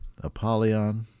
Apollyon